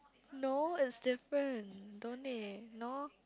no it's different don't they know